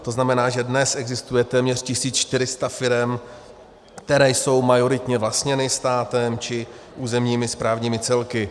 To znamená, že dnes existuje téměř 1 400 firem, které jsou majoritně vlastněny státem či územními správními celky.